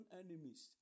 enemies